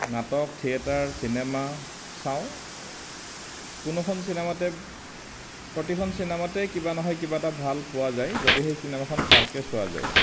নাটক theatre cinema চাওঁ কোনোখন চিনেমাতে প্ৰতিখন চিনেমাতে কিবা নহয় কিবা এটা ভাল পোৱা যায় যদি সেই চিনেমাখন ভালকৈ চোৱা যায়